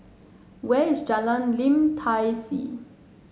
where is Jalan Lim Tai See